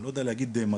אני לא יודע להגיד מגפה,